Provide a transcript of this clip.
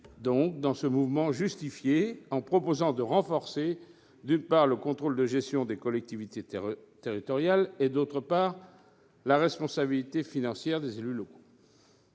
dans ce mouvement justifié, en proposant de renforcer, d'une part, le contrôle de gestion des collectivités territoriales et, d'autre part, la responsabilité financière des élus locaux.